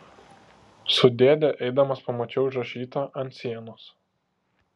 su dėde eidamas pamačiau užrašytą ant sienos